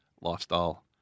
lifestyle